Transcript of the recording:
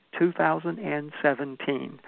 2017